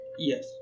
Yes